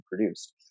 produced